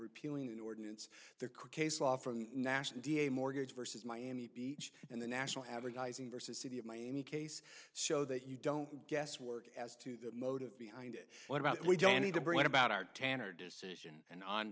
repealing ordinance there could case law from the national d a mortgage versus miami beach and the national advertising versus city of miami case so that you don't guesswork as to the motive behind it what about we don't need to bring it about our tanner decision and on